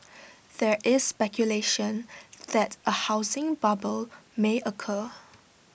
there is speculation that A housing bubble may occur